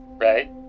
Right